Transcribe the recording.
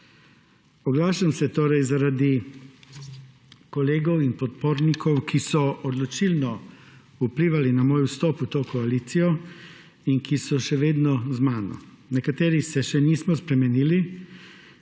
Oglašam se torej zaradi kolegov in podpornikov, ki so odločilno vplivali na moj vstop v to koalicijo in ki so še vedno z mano. Nekateri se še nismo spremenili